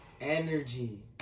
energy